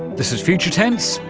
this is future tense,